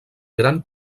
gran